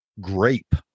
grape